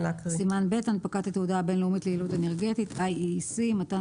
סימן ב': הנפקת התעודה הבין-לאומית ליעילות אנרגטית (IEEC) 104.מתן